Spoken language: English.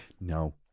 no